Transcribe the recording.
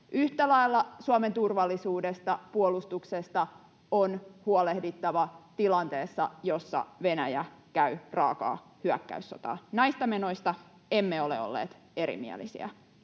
Yhtä lailla Suomen turvallisuudesta, puolustuksesta, on huolehdittava tilanteessa, jossa Venäjä käy raakaa hyökkäyssotaa. Näistä menoista emme ole olleet erimielisiä.